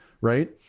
right